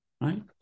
right